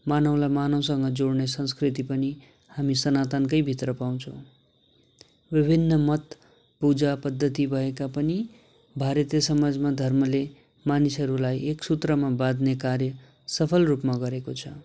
मानवलाई मानवसँग जोड्ने संस्कृति पनि हामी सनातनकै भित्र पाउँछौँ विभिन्न मत पूजा पद्धति भएका पनि भारतीय समाजमा धर्मले मानिसहरूलाई एक सूत्रमा बाँध्ने कार्य सफल रूपमा गरेको छ